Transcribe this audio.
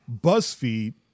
BuzzFeed